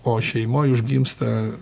o šeimoj užgimsta